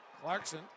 Clarkson